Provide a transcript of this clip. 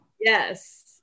yes